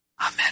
Amen